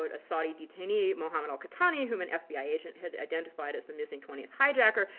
a saudi detainee, mohammed al-qahtani, whom an fbi agent had identified as the missing twentieth hijacker,